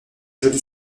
jolie